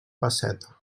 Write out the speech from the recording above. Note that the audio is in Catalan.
pesseta